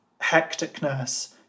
hecticness